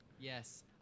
Yes